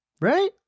Right